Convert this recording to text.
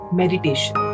meditation